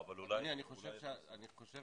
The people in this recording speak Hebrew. אדוני, אני חושב